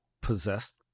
possessed